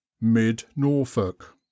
Mid-Norfolk